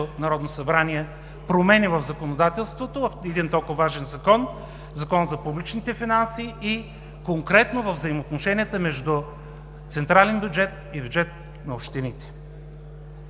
народно събрание промени в законодателството в един толкова важен закон – Закон за публичните финанси, и конкретно във взаимоотношенията между централен бюджет и бюджет на общините?